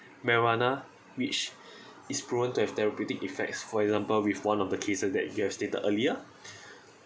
marijuana which is prone to have therapeutic effects for example with one of the cases that you have stated earlier